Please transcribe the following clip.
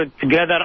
together